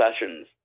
sessions